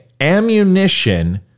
Ammunition